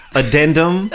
addendum